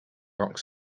rock